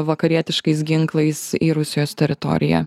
vakarietiškais ginklais į rusijos teritoriją